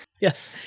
Yes